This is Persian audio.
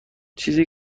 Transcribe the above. چیزی